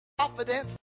Confidence